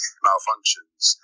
malfunctions